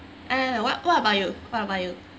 eh what what about you what about you